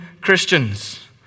Christians